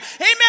amen